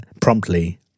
promptly